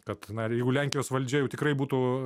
kad na jeigu lenkijos valdžia jau tikrai būtų